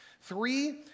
three